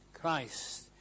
Christ